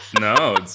No